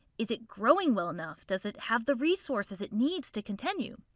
is it growing well enough does it have the resources it needs to continue?